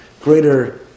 greater